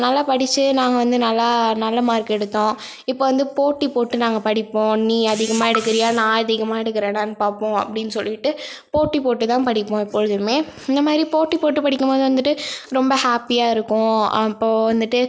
நல்லா படித்து நாங்கள் வந்து நல்லா நல்ல மார்க் எடுத்தோம் இப்போ வந்து போட்டி போட்டு நாங்கள் படிப்போம் நீ அதிகமாக எடுக்கிறியா நான் அதிகமாக எடுக்கிறனான்னு பார்ப்போம் அப்படின்னு சொல்லிட்டு போட்டி போட்டு தான் படிப்போம் எப்பொழுதுமே இந்த மாதிரி போட்டி போட்டு படிக்கும் போது வந்துட்டு ரொம்ப ஹேப்பியாக இருக்கும் இப்போது வந்துட்டு